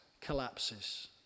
collapses